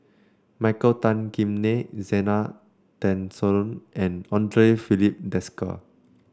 Michael Tan Kim Nei Zena Tessensohn and Andre Filipe Desker